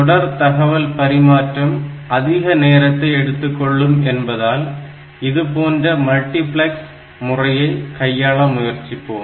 தொடர் தகவல் பரிமாற்றம் அதிக நேரத்தை எடுத்துக்கொள்ளும் என்பதால் இதுபோன்ற மல்டிபிளக்ஸ் முறையைக் கையாள முயற்சிப்போம்